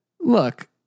Look